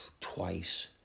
twice